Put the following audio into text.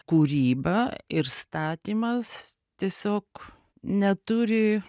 kūryba ir statymas tiesiog neturi